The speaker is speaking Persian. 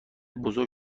بزرگ